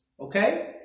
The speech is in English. okay